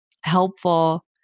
helpful